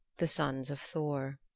the sons of thor.